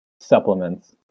supplements